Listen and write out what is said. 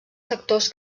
sectors